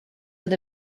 that